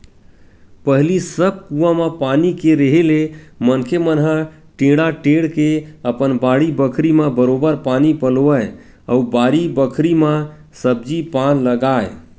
पहिली सब कुआं म पानी के रेहे ले मनखे मन ह टेंड़ा टेंड़ के अपन बाड़ी बखरी म बरोबर पानी पलोवय अउ बारी बखरी म सब्जी पान लगाय